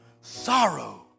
sorrow